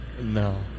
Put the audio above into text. No